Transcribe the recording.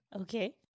Okay